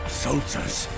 soldiers